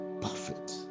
perfect